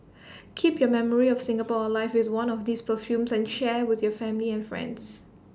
keep your memory of Singapore alive with one of these perfumes and share with your family and friends